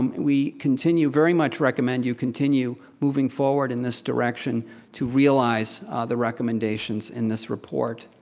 um we continue, very much recommend you continue moving forward in this direction to realize the recommendations in this report.